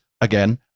again